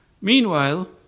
Meanwhile